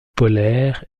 polaire